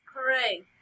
Hooray